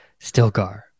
Stilgar